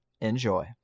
enjoy